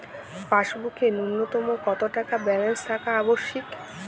পাসবুকে ন্যুনতম কত টাকা ব্যালেন্স থাকা আবশ্যিক?